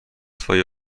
swej